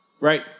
Right